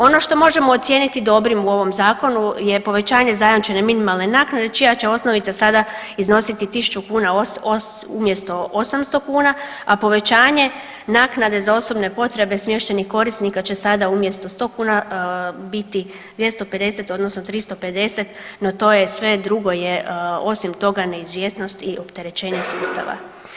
Ono što možemo ocijeniti dobrim u ovom zakonu je povećanje zajamčene minimalne naknade čija će osnovica sada iznositi 1000 kuna umjesto 800 kuna, a povećanje naknade za osobne potrebe smještenih korisnika će sada umjesto sto kuna biti 250 odnosno 350, no to sve drugo osim toga je neizvjesnost i opterećenje sustava.